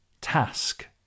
task